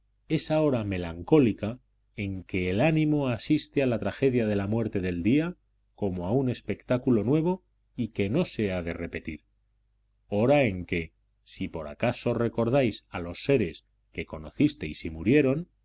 esa hora melancólica en que el ánimo asiste a la tragedia de la muerte del día como a un espectáculo nuevo y que no se ha de repetir hora en que si por acaso recordáis a los seres que conocisteis y murieron